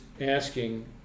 asking